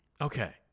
Okay